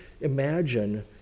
imagine